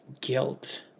guilt